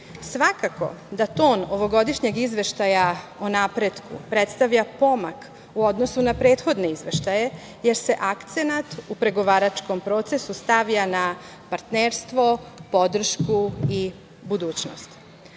Evrope. Svakako da ton ovogodišnjeg Izveštaja o napretku predstavlja pomak u odnosu na prethodne izveštaje, jer se akcenat u pregovaračkom procesu stavlja na partnerstvo, podršku i budućnost.